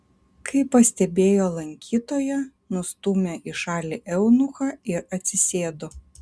kai pastebėjo lankytoją nustūmė į šalį eunuchą ir atsisėdo